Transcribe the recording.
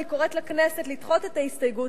אני קוראת לכנסת לדחות את ההסתייגות,